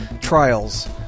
Trials